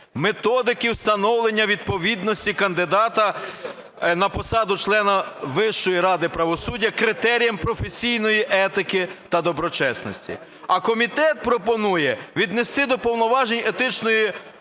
методики встановлення відповідності кандидата на посаду члена Вищої Ради правосуддя критерієм професійної етики та доброчесності. А комітет пропонує віднести до повноважень Етичної